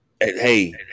Hey